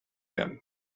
them